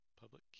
public